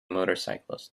motorcyclist